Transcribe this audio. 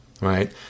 right